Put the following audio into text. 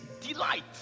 delight